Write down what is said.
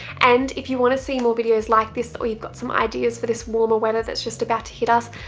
and if you wanna see more videos like this or you've got some ideas for this warmer weather that's just about to hit us,